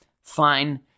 fine